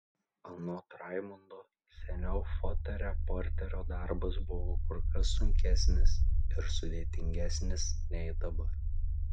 anot raimundo seniau fotoreporterio darbas buvo kur kas sunkesnis ir sudėtingesnis nei dabar